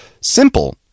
simple